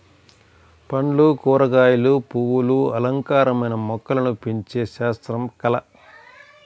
పండ్లు, కూరగాయలు, పువ్వులు అలంకారమైన మొక్కలను పెంచే శాస్త్రం, కళ